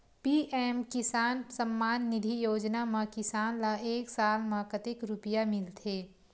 PM किसान सम्मान निधी योजना म किसान ल एक साल म कतेक रुपिया मिलथे?